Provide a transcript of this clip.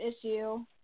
issue